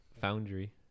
Foundry